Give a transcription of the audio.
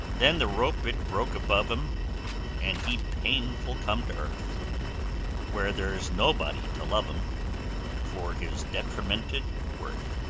then the rope it broke above him and he painful come to earth where there's nobody to love him for his detrimented worth.